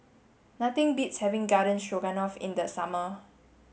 nothing beats having Garden Stroganoff in the summer